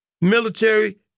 military